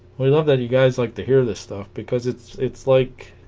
we love that you guys like to hear this stuff because it's it's like